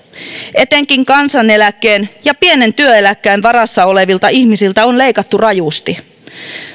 etenkin kansaneläkkeen ja pienen työeläkkeen varassa olevilta ihmisiltä on leikattu rajusti